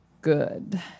good